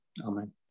Amen